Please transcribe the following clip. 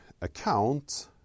account